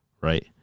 right